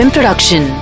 Production